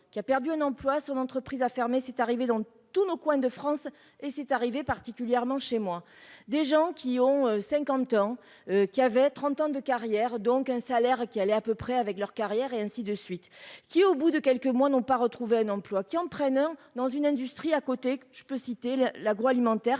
qui a perdu un emploi sur l'entreprise a fermé c'est arrivé dans tous nos coins de France et c'est arrivé, particulièrement chez moi des gens qui ont cinquante ans qui avait 30 ans de carrière donc un salaire qui allait à peu près avec leur carrière et ainsi de suite, qui au bout de quelques mois n'ont pas retrouvé un emploi qui entraîneur dans une industrie à côté, je peux citer l'agroalimentaire